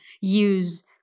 use